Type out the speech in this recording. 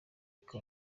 ariko